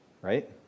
right